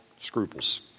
Scruples